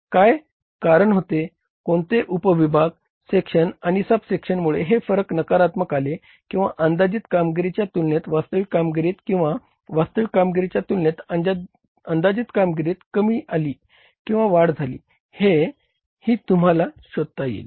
काय कारण होते कोणत्या उपविभाग सेक्शन आणि सब सेक्शन मुळे हे फरक नकारात्मक आले किंवा अंदाजित कामगिरीच्या तुलनेत वास्तविक कामगिरीत किंवा वास्तविक कामगिरीच्या तुलनेत अंदाजित कामगिरीत कमी आली किंवा वाढ झाली हे ही तुम्हाला शोधता येईल